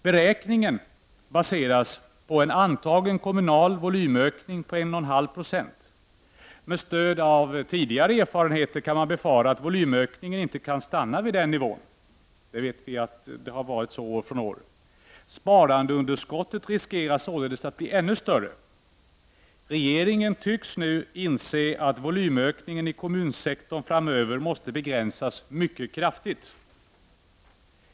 Beräkningen baseras på en antagen kommunal volymökning om 1,5 96. Med stöd av tidigare erfarenheter kan man befara att volymökningen inte kommer att stanna vid denna nivå. Vi vet att så har blivit fallet år efter år. Sparandeunderskottet riskerar således att bli ännu större. Regeringen tycks nu inse att volymökningen inom kommunsektorn framöver mycket kraftigt måste begränsas.